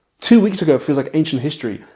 two weeks ago feels like ancient history,